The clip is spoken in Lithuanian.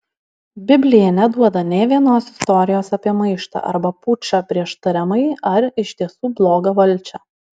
biblija neduoda nė vienos istorijos apie maištą arba pučą prieš tariamai ar iš tiesų blogą valdžią